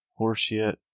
horseshit